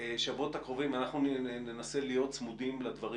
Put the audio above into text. בשבועות הקרובים ננסה להיות צמודים לדברים